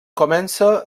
comença